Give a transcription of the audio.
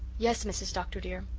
yes, mrs. dr. dear.